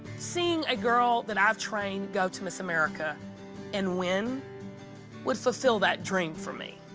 seeing a girl that i've trained go to miss america and win would fulfill that dream for me.